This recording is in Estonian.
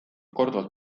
korduvalt